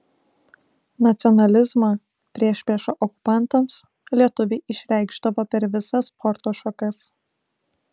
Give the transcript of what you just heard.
nacionalizmą priešpriešą okupantams lietuviai išreikšdavo per visas sporto šakas